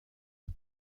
aux